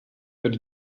but